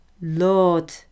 Lord